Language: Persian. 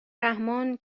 رحمان